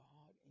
God